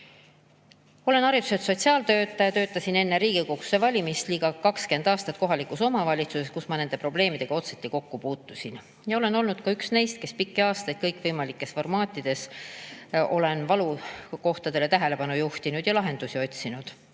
Olen hariduselt sotsiaaltöötaja. Töötasin enne Riigikogusse valituks saamist ligi 20 aastat kohalikus omavalitsuses, kus ma nende probleemidega otsati kokku puutusin. Olen olnud ka üks neist, kes pikki aastaid kõikvõimalikes formaatides on valukohtadele tähelepanu juhtinud ja lahendusi otsinud.